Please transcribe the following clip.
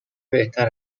بهتر